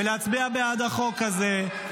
ולהצביע בעד החוק הזה.